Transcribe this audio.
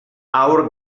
our